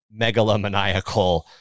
megalomaniacal